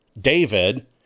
David